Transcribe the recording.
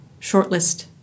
shortlist